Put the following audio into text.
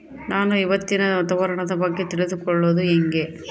ನಾನು ಇವತ್ತಿನ ವಾತಾವರಣದ ಬಗ್ಗೆ ತಿಳಿದುಕೊಳ್ಳೋದು ಹೆಂಗೆ?